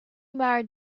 married